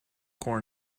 corn